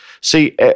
See